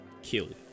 killed